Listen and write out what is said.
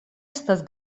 estas